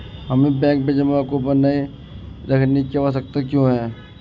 हमें बैंक में जमा को बनाए रखने की आवश्यकता क्यों है?